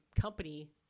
company